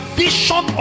vision